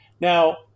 Now